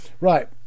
Right